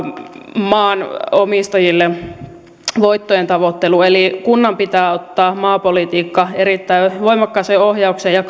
maanomistajille voittojen tavoittelu eli kunnan pitää ottaa maapolitiikka erittäin voimakkaaseen ohjaukseen ja